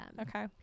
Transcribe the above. Okay